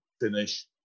finish